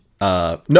No